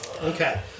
Okay